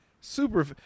super –